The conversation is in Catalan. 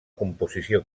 composició